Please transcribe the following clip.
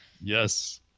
Yes